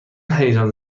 هیجان